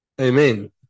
amen